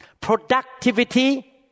productivity